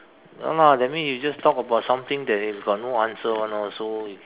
no lah that means you just talk about something that you have got no answer [one] lor so